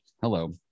Hello